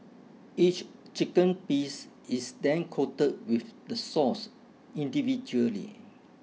each chicken piece is then coated with the sauce individually